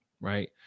right